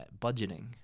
budgeting